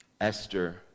Esther